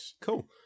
Cool